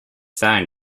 sound